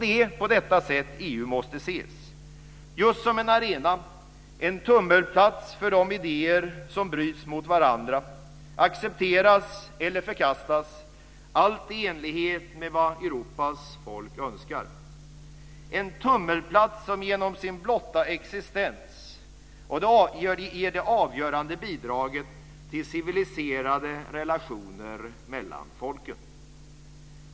Det är på detta sätt EU måste ses, just som en arena, en tummelplats för de idéer som bryts mot varandra, accepteras eller förkastas, allt i enlighet med vad Europas folk önskar - en tummelplats som genom sin blotta existens ger det avgörande bidraget till civiliserade relationer mellan folken.